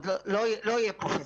לא אהיה פרופ'.